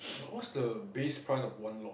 what's the base price of one lot